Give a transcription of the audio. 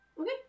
Okay